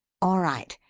all right.